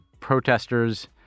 protesters